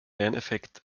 lerneffekt